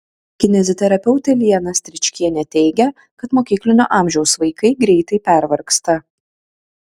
kineziterapeutė liana stričkienė teigia kad mokyklinio amžiaus vaikai greitai pervargsta